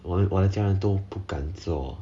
我的家人都不敢坐